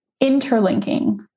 Interlinking